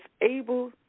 able